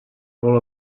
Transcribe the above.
por